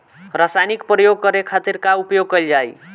रसायनिक प्रयोग करे खातिर का उपयोग कईल जाइ?